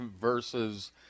versus